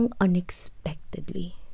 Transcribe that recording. unexpectedly